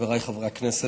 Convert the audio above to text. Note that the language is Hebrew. חבריי חברי הכנסת,